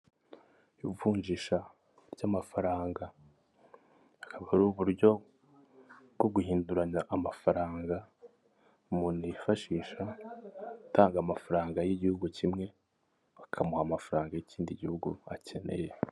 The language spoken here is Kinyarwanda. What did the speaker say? Ivunjisha ry'amafaranga, akaba ari uburyo bwo guhinduranya amafaranga umuntu yifashisha, atanga amafaranga y'igihugu kimwe, bakamuha amafaranga y'ikindi gihugu akeneye.